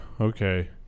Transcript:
Okay